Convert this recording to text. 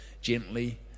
gently